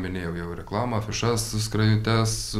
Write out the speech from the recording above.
minėjau jau reklamą afišas su skrajutes